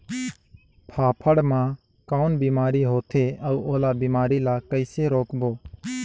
फाफण मा कौन बीमारी होथे अउ ओला बीमारी ला कइसे रोकबो?